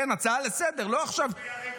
הצעה לסדר-היום.